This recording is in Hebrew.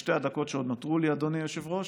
בשתי הדקות שעוד נותרו לי, אדוני היושב-ראש,